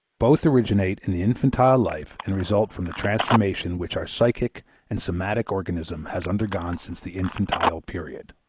both originate in the infantile life and result from the transformation which our psychic and somatic organism has undergone since the infantile period.